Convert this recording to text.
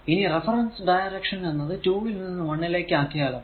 ഇനി reference direction എന്നത് 2 ൽ നിന്നും 1 ലേക്ക് ആക്കിയാലോ